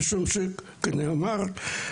משום שכפי שנאמר,